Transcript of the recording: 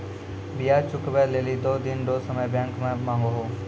ब्याज चुकबै लेली दो दिन रो समय बैंक से मांगहो